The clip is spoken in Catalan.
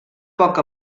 poc